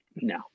No